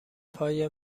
پای